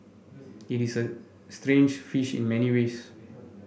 it is a strange fish in many ways